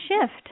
shift